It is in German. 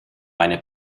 meine